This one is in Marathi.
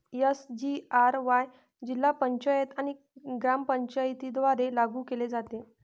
एस.जी.आर.वाय जिल्हा पंचायत आणि ग्रामपंचायतींद्वारे लागू केले जाते